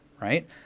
right